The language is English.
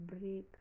break